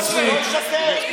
אז שלא ישקר, משקר?